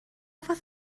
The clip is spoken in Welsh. fath